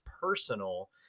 personal